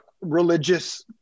religious